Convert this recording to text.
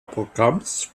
programms